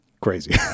crazy